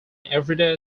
everyday